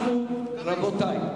רבותי.